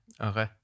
okay